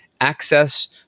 access